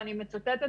ואני מצטטת,